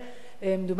מדובר על כמעט,